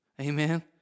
Amen